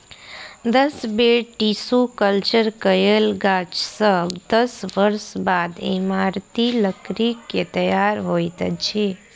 दस बेर tissue culture कयल गाछ सॅ दस वर्ष बाद इमारती लकड़ीक तैयार होइत अछि